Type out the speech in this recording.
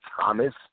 Thomas